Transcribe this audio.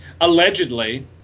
allegedly